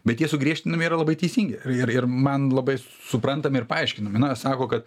bet tie sugriežtinimai yra labai teisingi ir ir man labai suprantami ir paaiškinami na sako kad